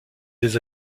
des